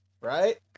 right